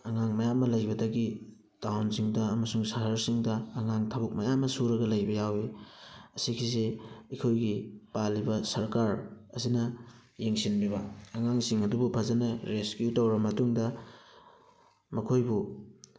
ꯑꯉꯥꯡ ꯃꯌꯥꯝ ꯑꯃ ꯂꯩꯕꯗꯒꯤ ꯇꯥꯎꯟꯁꯤꯡꯗ ꯑꯃꯁꯨꯡ ꯁꯍꯔꯁꯤꯡꯗ ꯑꯉꯥꯡ ꯊꯕꯛ ꯃꯌꯥꯝ ꯑꯃ ꯁꯨꯔꯒ ꯂꯩꯕ ꯌꯥꯎꯋꯤ ꯑꯁꯤꯒꯤꯁꯤ ꯑꯩꯈꯣꯏꯒꯤ ꯄꯥꯜꯂꯤꯕ ꯁꯔꯀꯥꯔ ꯑꯁꯤꯅ ꯌꯦꯡꯁꯤꯟꯕꯤꯕ ꯑꯉꯥꯡꯁꯤꯡ ꯑꯗꯨꯕꯨ ꯐꯖꯅ ꯔꯦꯁꯀ꯭ꯌꯨ ꯇꯧꯔ ꯃꯇꯨꯡꯗ ꯃꯈꯣꯏꯕꯨ